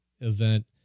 event